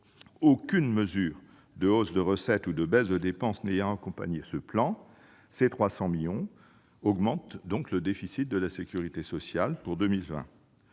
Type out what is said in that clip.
Aucune mesure de hausse de recettes ou de baisse de dépenses n'ayant accompagné ce plan, ces 300 millions d'euros augmentent le déficit de la sécurité sociale pour 2020.